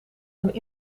dan